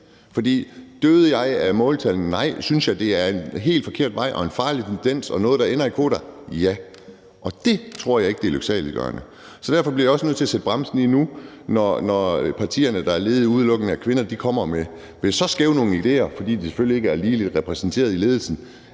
Ville jeg dø af måltal? Nej. Synes jeg, det er en helt forkert vej og en farlig tendens og noget, der ender i kvoter? Ja. Og det tror jeg ikke er lyksaliggørende. Derfor bliver jeg nødt til at sætte bremsen i nu, når de partier, der er ledet udelukkende af kvinder, kommer med nogle så skæve idéer, at fordi de selvfølgelig ikke er ligeligt repræsenteret i ledelsen,